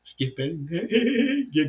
skipping